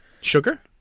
Sugar